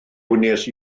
wnes